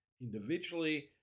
individually